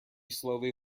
slowly